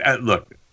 look